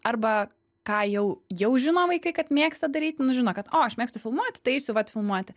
arba ką jau jau žino vaikai kad mėgsta daryt nu žino kad o aš mėgstu filmuot tai eisiu vat filmuoti